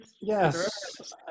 Yes